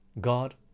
God